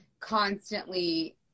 constantly